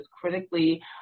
critically